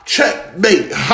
Checkmate